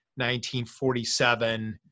1947